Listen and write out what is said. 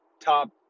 top